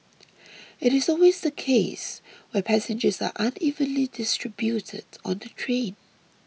it is always the case where passengers are unevenly distributed on the train